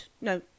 No